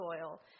soil